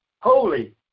Holy